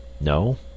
no